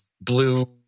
Blue